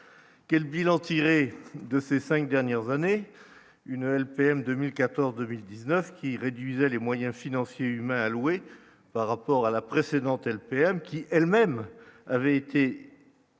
quel bilan tirer de ces 5 dernières années une LPM 2014, 2019 qui réduisait les moyens financiers et humains alloués par rapport à la précédente LPM, qui elle-même avait été.